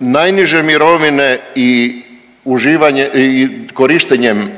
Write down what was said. najniže mirovine i korištenjem